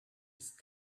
ist